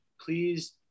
please